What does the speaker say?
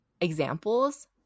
examples